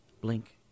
Blink